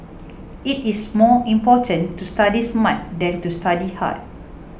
it is more important to study smart than to study hard